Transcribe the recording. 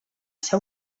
ser